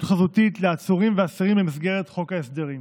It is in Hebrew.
חזותית לעצורים ואסירים במסגרת חוק ההסדרים.